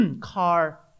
car